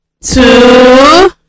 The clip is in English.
two